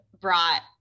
brought